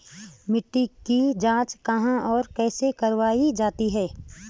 मिट्टी की जाँच कहाँ और कैसे करवायी जाती है?